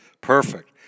Perfect